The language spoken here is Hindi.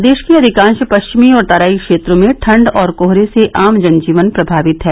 प्रदेश के अधिकांश पश्चिमी और तराई क्षेत्रों में ठंड और कोहरे से आम जन जीवन प्रभावित है